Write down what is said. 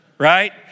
Right